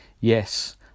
yes